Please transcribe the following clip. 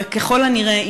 וככל הנראה,